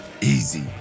Easy